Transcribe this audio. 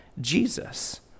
Jesus